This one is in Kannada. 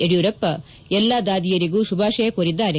ಯಡಿಯೂರಪ್ಪ ಎಲ್ಲ ದಾದಿಯರಿಗೂ ಶುಭಾಶಯ ಕೋರಿದ್ದಾರೆ